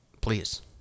Please